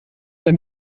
dein